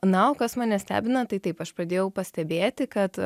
na o kas mane stebina tai taip aš pradėjau pastebėti kad